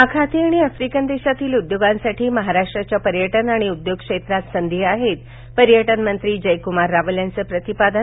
आखाती आफ्रिकन देशातील उद्योगांसाठी महाराष्ट्राच्या पर्यटन आणि उद्योग क्षेत्रात संधी आहेत पर्यटनमंत्री जयक्मार रावल यांचं प्रतिपादन